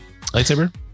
Lightsaber